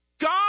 God